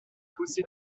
puse